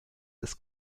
ist